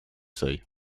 seuils